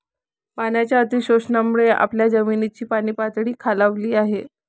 पाण्याच्या अतिशोषणामुळे आपल्या जमिनीची पाणीपातळी खालावली आहे